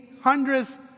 hundreds